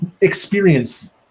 experience